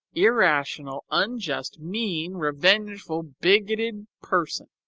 irrational, unjust, mean, revengeful, bigoted person.